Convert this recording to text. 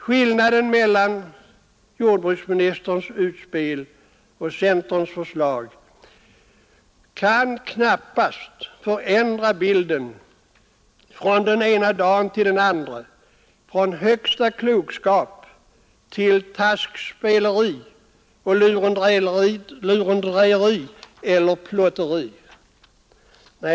Skillnaden mellan jordbruksministerns utspel och centerns förslag kan knappast förändra bilden från den ena dagen till den andra — från högsta klokskap till taskspeleri, lurendrejeri eller plotteri.